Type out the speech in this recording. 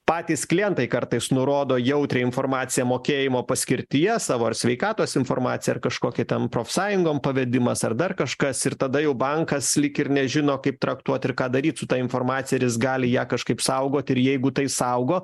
patys klientai kartais nurodo jautrią informaciją mokėjimo paskirtyje savo ar sveikatos informaciją ar kažkokį ten profsąjungom pavedimas ar dar kažkas ir tada jau bankas lyg ir nežino kaip traktuoti ir ką daryt su ta informacija ar jis gali ją kažkaip saugoti ir jeigu tai saugo